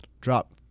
drop